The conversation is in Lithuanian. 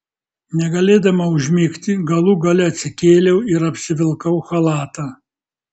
negalėdama užmigti galų gale atsikėliau ir apsivilkau chalatą